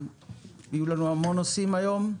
יהיו לנו המון נושאים היום,